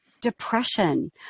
depression